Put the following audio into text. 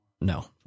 No